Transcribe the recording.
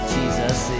Jesus